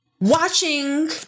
watching